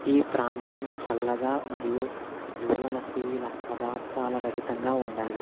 ఈ ప్రాంతం చల్లగా మరియు జ్వలనశీల పదార్థాల రహితంగా ఉండాలి